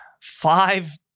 five